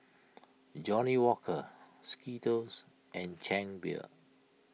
Johnnie Walker Skittles and Chang Beer